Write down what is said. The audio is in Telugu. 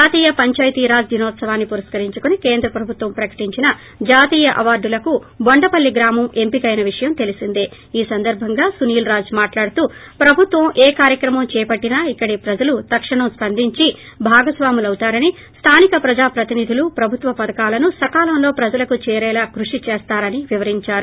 జాతీయ పందాయతీ రాజ్ దినోత్సవాన్ని పురస్కరించుకుని కేంద్ర ప్రభుత్వం ప్రకటించిన జాతీయ అవార్గులకు టొండపల్లి గ్రామం ఎంపికైన విషయం తెలిసిందే ఈ సందర్భంగా సునీల్ రాజ్ మాట్లాడుతూ ప్రభుత్వం ఏ కార్యక్రమం చేపట్టినా ఇక్కడి ప్రజలు తక్షణం స్పందించి భాగస్వాములవుతారని స్లానిక ప్రజాప్రతినిధులు ప్రభుత్వ పథకాలను సకాలంలో ప్రజలకు చేరేలా కృషి చేస్తారని వివరిందారు